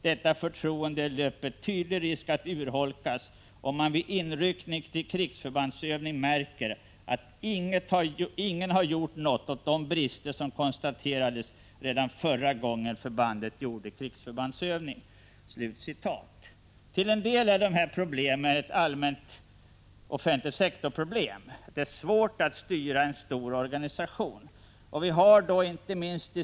Detta förtroende löper tydlig risk att urholkas om man vid inryckning till krigsförbandsövning märker att ingen har gjort något åt de brister som konstaterades redan förra gången förbandet gjorde krigsförbandsövning.” Till en del är detta ett offentligsektor-problem. Det är svårt att styra en stor organisation.